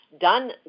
done